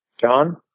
John